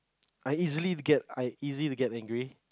I easily get I easily to get angry